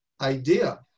idea